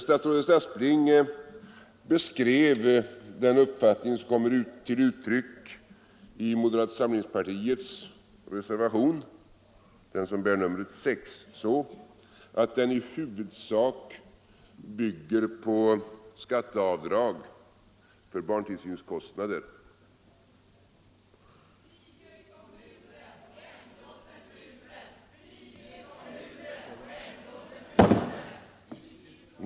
Statsrådet Aspling beskrev den uppfattning som kommer till uttryck i moderata samlingspartiets reservation — den som bär numret 6 — så, att den i huvudsak bygger på skatteavdrag för barntillsynskostnader.